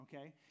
okay